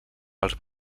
pels